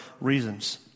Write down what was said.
reasons